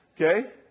Okay